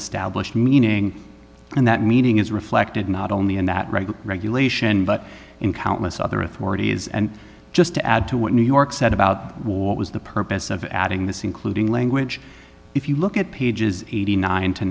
established meaning and that meaning is reflected not only in that regulation but in countless other authorities and just to add to what new york said about war was the purpose of adding this including language if you look at pages eighty nine to